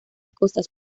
costas